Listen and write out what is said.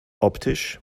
optisch